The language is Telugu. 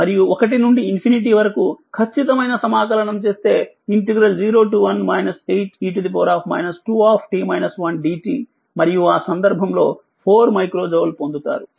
మరియు1నుండి ∞ వరకు ఖచ్చితమైన సమాకలనం చేస్తే 01 8 e 2 dt మరియు ఆ సందర్భంలో 4మైక్రో జౌల్ పొందుతారు